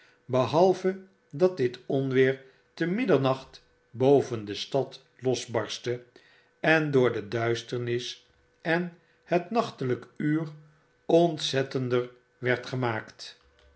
behalve dat dit onweer te middernacht boven de stad losbarstte en door de duisternis en het nachtelyk uur ontzettender werd gemaakt